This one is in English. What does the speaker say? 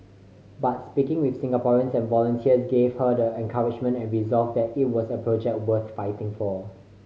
but speaking with Singaporeans and volunteers gave her the encouragement and resolve that it was a project worth fighting for